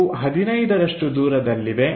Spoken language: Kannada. ಇವು 15 ರಷ್ಟು ದೂರದಲ್ಲಿವೆ